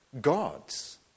God's